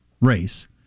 race